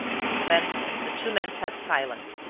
then the two men sat silent.